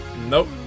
Nope